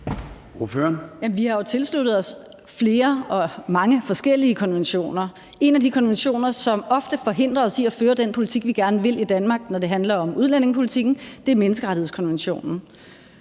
Vi har jo tilsluttet os flere og mange forskellige konventioner. En af de konventioner, som ofte forhindrer os i at føre den politik, vi gerne vil i Danmark, når det handler om udlændingepolitikken, er menneskerettighedskonventionen.